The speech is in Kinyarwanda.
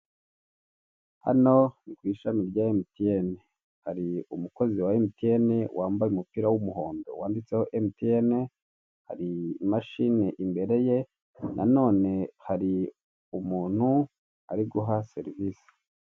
Hano ni ku ishami rya emutiyene hari umukozi wa emutiyene wambaye umupira w'umuhondo wanditseho emutiyene, hari imashini imbere ye, nanone hari umuntu ari guha serivise.